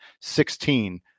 sixteen